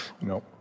No